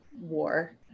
war